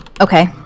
Okay